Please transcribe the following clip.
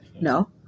No